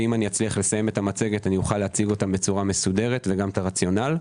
ואם אסיים את המצגת אציג אותם בצורה מסודרת וגם את הרציונל,